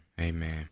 Amen